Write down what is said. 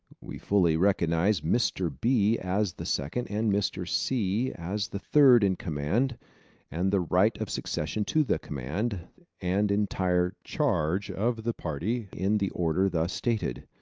we fully recognise mr. b. as the second, and mr. c. as the third in command and the right of succession to the command and entire charge of the party in the order thus stated.